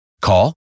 Call